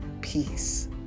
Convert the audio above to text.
Peace